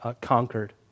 conquered